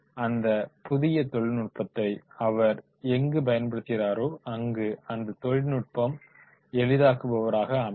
அந்த புதிய தொழில்நுட்பத்தை அவர் எங்கு பயன்படுத்துகிறாரோ அங்கு அந்த தொழில்நுட்பம் எளிதாக்குபவராக அமையும்